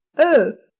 oh,